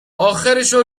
آخرشو